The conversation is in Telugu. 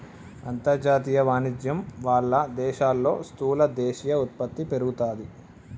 అంతర్జాతీయ వాణిజ్యం వాళ్ళ దేశాల్లో స్థూల దేశీయ ఉత్పత్తి పెరుగుతాది